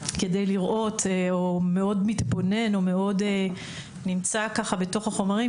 או מאוד מתבונן או מאוד נמצא בתוך החומרים